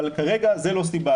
אבל כרגע זו לא סיבה,